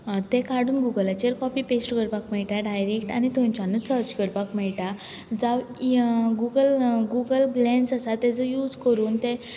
तें काडून गुगलाचेर पेश्ट करपाक मेळटा डायरेक्ट आनी थंयच्यानच सर्च करपाक मेळटा जावं गुगल गुगल लेन्स आसा तेजो यूज करून तें